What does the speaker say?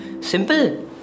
simple